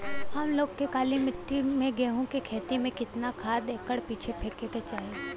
हम लोग के काली मिट्टी में गेहूँ के खेती में कितना खाद एकड़ पीछे फेके के चाही?